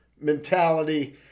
mentality